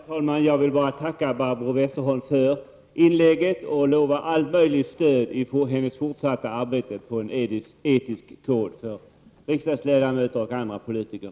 Herr talman! Jag vill bara tacka Barbro Westerholm för inlägget och lovar allt möjligt stöd i hennes fortsatta arbete på en etisk kod för riksdagsledamöter och andra politiker.